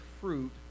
fruit